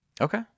Okay